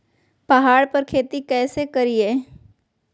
पहाड़ पर खेती कैसे करीये?